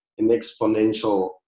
Exponential